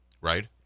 Right